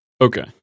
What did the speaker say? Okay